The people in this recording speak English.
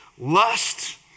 lust